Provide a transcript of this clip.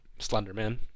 Slenderman